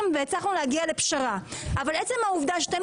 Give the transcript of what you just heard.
והצלחנו להגיע לפשרה אבל אני מדברת על עצם העובדה שאתם